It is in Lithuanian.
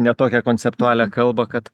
ne tokią konceptualią kalbą kad